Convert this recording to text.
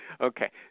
Okay